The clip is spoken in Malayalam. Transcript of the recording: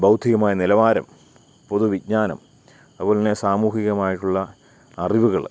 ഭൗതികമായ നിലവാരം പൊതുവിജ്ഞാനം അതുപോലെത്തന്നെ സാമൂഹികമായിട്ടുള്ള അറിവുകൾ